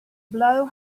blow